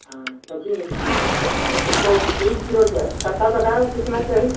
हाँ तुमको बीस किलो जो है कट्टा बताए हो कितना चाहिए